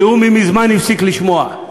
כי הוא מזמן הפסיק לשמוע,